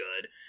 good